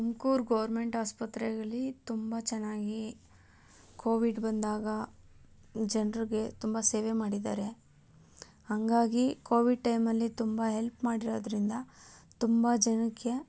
Tumkur government ಆಸ್ಪತ್ರೆಯಲ್ಲಿ ತುಂಬ ಚೆನ್ನಾಗಿ ಕೋವಿಡ್ ಬಂದಾಗ ಜನ್ರಿಗೆ ತುಂಬ ಸೇವೆ ಮಾಡಿದ್ದಾರೆ ಹಂಗಾಗಿ ಕೋವಿಡ್ ಟೈಮಲ್ಲಿ ತುಂಬ ಹೆಲ್ಪ್ ಮಾಡಿರೋದರಿಂದ ತುಂಬ ಜನಕ್ಕೆ